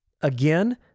Again